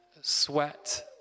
sweat